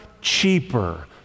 cheaper